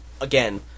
again